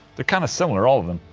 they're kind of similar, all of them.